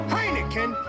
Heineken